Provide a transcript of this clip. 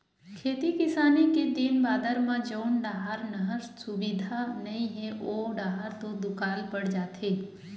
खेती किसानी के दिन बादर म जउन डाहर नहर सुबिधा नइ हे ओ डाहर तो दुकाल पड़ जाथे